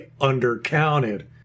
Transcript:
undercounted